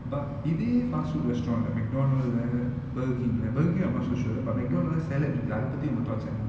but இதே:ithe fast food restaurant like mcdonald's uh burger king like burger king I'm not so sure but mcdonald's salad இருக்கு அத பத்தி ஒங்க:irukku atha pathi onga thoughts என்ன:enna